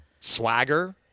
swagger